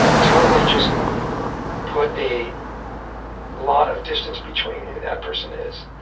totally just put a lot of distance between who that person is